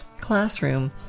classroom